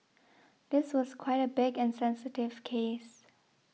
this was quite a big and sensitive case